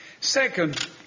Second